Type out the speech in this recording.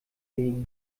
wegen